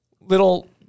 little